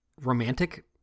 romantic